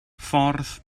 ffordd